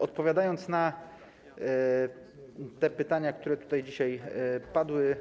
Odpowiadając na pytania, które tutaj dzisiaj padły,